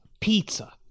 pizza